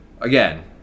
again